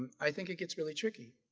and i think it gets really tricky.